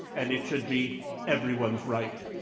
and it should be everyone's right.